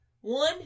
One